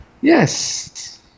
Yes